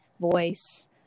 voice